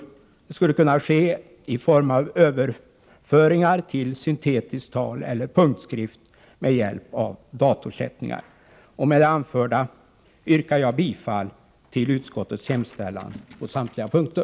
Det skulle kunna ske i form av överföringar till syntetiskt tal eller punktskrift med hjälp av datorsättning. Med det anförda yrkar jag bifall till utskottets hemställan på samtliga punkter.